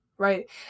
right